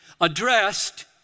addressed